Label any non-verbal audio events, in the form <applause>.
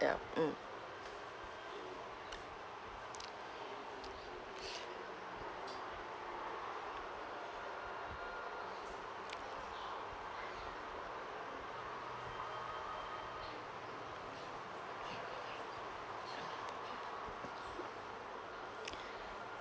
ya mm <noise>